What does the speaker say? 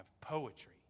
poetry